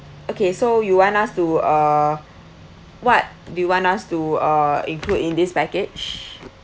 okay so you want us to uh what do you want us to uh include in this package